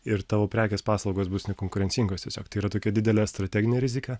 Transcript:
ir tavo prekės paslaugos bus nekonkurencingos tiesiog tai yra tokia didelė strateginė rizika